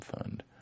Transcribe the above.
Fund